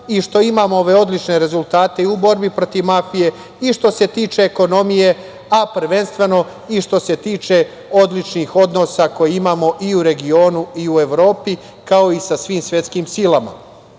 i što imamo ove odlične rezultate i u borbi protiv mafije i što se tiče ekonomije, a prvenstveno i što se tiče odličnih odnosa koje imamo i u regionu i u Evropi, kao i sa svim svetskim silama.U